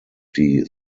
die